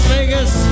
Vegas